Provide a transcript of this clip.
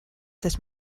sut